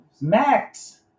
Max